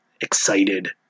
excited